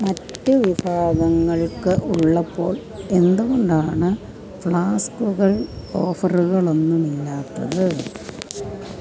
മറ്റ് വിഭാഗങ്ങൾക്ക് ഉള്ളപ്പോൾ എന്തുകൊണ്ടാണ് ഫ്ലാസ്ക്കുകൾ ഓഫറുകൾ ഒന്നുമില്ലാത്തത്